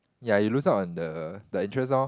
ya you lose out on the the interest lor